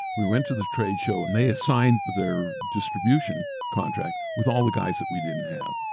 we went to the tradeshow and they assigned their distribution contract with all the guys that we didn't have.